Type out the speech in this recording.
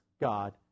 God